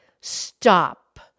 Stop